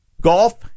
Golf